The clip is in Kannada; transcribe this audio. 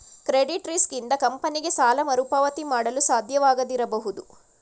ಕ್ರೆಡಿಟ್ ರಿಸ್ಕ್ ಇಂದ ಕಂಪನಿಗೆ ಸಾಲ ಮರುಪಾವತಿ ಮಾಡಲು ಸಾಧ್ಯವಾಗದಿರಬಹುದು